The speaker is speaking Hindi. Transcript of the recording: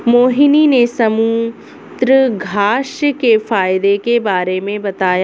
मोहिनी ने समुद्रघास्य के फ़ायदे के बारे में बताया